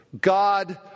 God